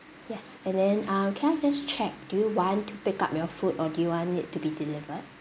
yes and then um can I just check do you want to pick up your food or do you want it to be delivered